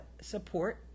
support